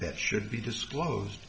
that should be disclosed